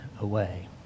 away